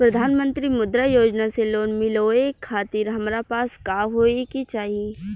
प्रधानमंत्री मुद्रा योजना से लोन मिलोए खातिर हमरा पास का होए के चाही?